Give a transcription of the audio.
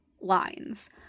lines